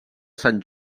sant